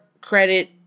credit